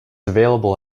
available